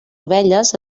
abelles